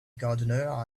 gardener